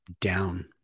down